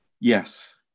Yes